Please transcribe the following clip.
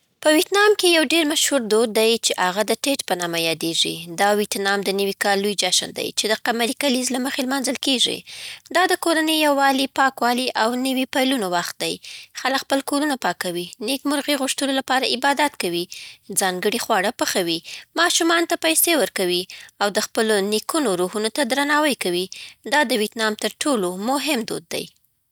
په ویتنام کی یو دیړ مشهور دود دی چی عغه د تېتً په نامه یادیږی دا ویتنام د نوي کال لوی جشن دی، چې د قمري کلیز له مخې لمانځل کېږي. دا د کورنۍ یووالي، پاکوالي، او نویو پیلونو وخت دي. خلک خپل کورونه پاکوي، نیکمرغۍ غوښتلو لپاره عبادت کوي، ځانګړي خواړه پخوي، ماشومانو ته پیسې ورکوي، او د خپلو نیکونو روحونو ته درناوی کوي. دا د ویتنام تر ټولو مهم دود دی.